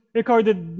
recorded